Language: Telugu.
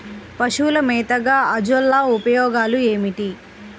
పశువుల మేతగా అజొల్ల ఉపయోగాలు ఏమిటి?